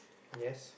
yes